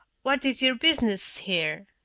what iss your businesssses here?